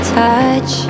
touch